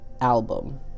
album